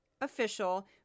official